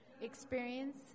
experience